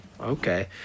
okay